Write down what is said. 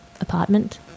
apartment